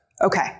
Okay